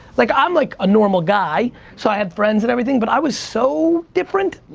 like i'm like a normal guy so i had friends and everything but i was so different,